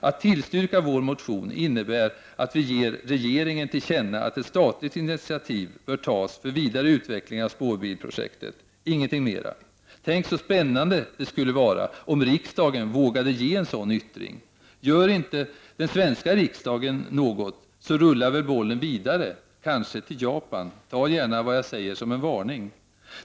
Om vår motion tillstyrks innebär det att regeringen ger riksdagen till känna att ett statligt initiativ bör tas för vidare utveckling av spårbilprojektet—-ingenting mer. Tänk, så spännande det skulle vara om riksdagen vågade ge en sådan yttring! Gör inte den svenska riksdagen något så rullar väl bollen vidare, kanske till Japan. Ta gärna vad jag säger som en varning.